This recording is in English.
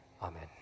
Amen